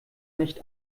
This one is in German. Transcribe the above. nicht